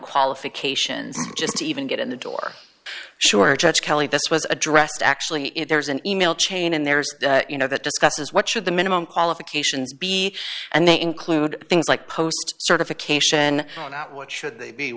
qualifications just to even get in the door sure judge kelly this was addressed actually if there's an e mail chain and there's you know that discusses what should the minimum qualifications be and they include things like post certification or not what should they be